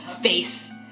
face